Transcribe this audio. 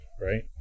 right